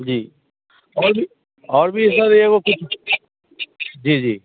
जी और भी और भी है सर यह वह कुछ जी जी